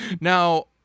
Now